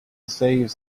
thieves